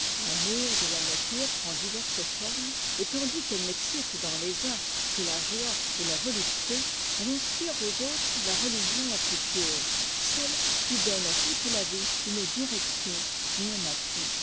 l'amour de la nature prend diverses formes et tandis qu'elle n'excite dans les uns que la joie et la volupté elle inspire aux autres la religion la plus pieuse cette qui donne à toute ta vie une direction et un appui